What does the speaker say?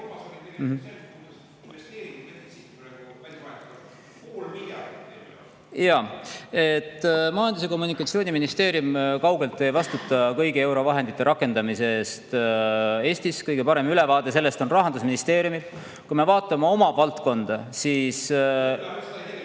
Majandus‑ ja Kommunikatsiooniministeerium kaugeltki ei vastuta kõigi eurovahendite rakendamise eest. Eestis on kõige parem ülevaade sellest Rahandusministeeriumil. Kui me vaatame oma valdkonda, siis